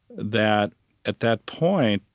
that at that point,